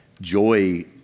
joy